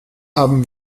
haben